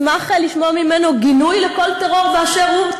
אני אשמח לשמוע ממנו גינוי של כל טרור באשר הוא,